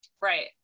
Right